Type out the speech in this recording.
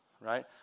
right